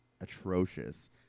atrocious